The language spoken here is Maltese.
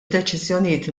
deċiżjonijiet